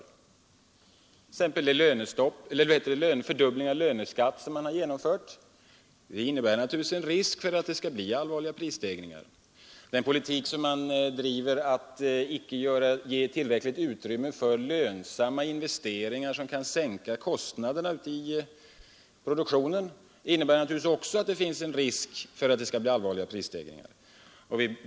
Den fördubbling av löneskatten som man har genomfört innebär naturligtvis en risk för att det skall bli allvarliga prisstegringar. Den politik man driver att icke ge tillräckligt utrymme för lönsamma investeringar som kan sänka kostnaderna i produktionen innebär givetvis också att det finns en risk för att det blir allvarliga prisstegringar.